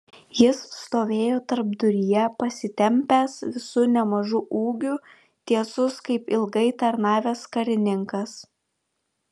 jis stovėjo tarpduryje pasitempęs visu nemažu ūgiu tiesus kaip ilgai tarnavęs karininkas